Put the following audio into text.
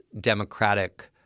democratic